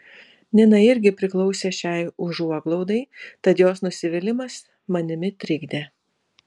nina irgi priklausė šiai užuoglaudai tad jos nusivylimas manimi trikdė